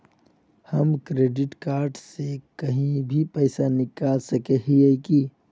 हम credit card से कहीं भी पैसा निकल सके हिये की?